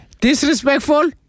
Disrespectful